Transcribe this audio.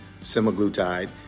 semaglutide